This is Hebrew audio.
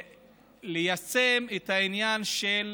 ליישם את העניין של